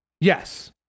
Yes